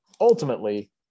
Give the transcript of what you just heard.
ultimately